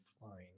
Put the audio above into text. fine